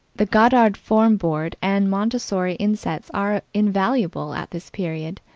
the goddard form board and montessori insets are invaluable at this period.